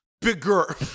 Bigger